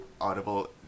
audible